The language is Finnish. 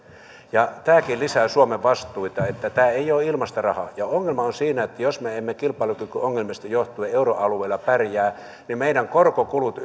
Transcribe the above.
ja tämäkin lisää suomen vastuita tämä ei ole ilmaista rahaa ongelma on siinä että jos me emme kilpailukykyongelmista johtuen euroalueella pärjää niin meidän korkokulumme